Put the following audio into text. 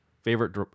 Favorite